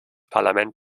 parlament